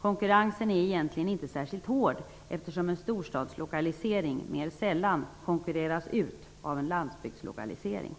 Konkurrensen är egentligen inte särskilt hård, eftersom en storstadslokalisering mer sällan konkurreras ut av en landsbygdslokalisering.